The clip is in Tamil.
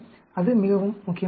அது மிகவும் முக்கியமானது